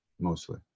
mostly